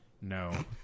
No